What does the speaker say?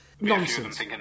Nonsense